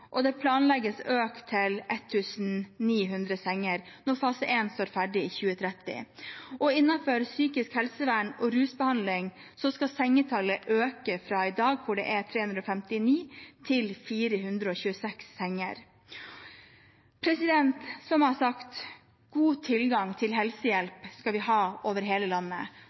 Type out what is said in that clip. når fase 1 står ferdig i 2030. Innenfor psykisk helsevern og rusbehandling skal sengetallet økes fra i dag, hvor det er 359, til 426 senger. Som jeg har sagt: God tilgang til helsehjelp skal vi ha over hele landet.